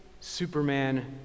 Superman